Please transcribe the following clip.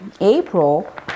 April